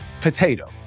Potato